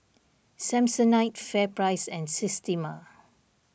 Samsonite FairPrice and Systema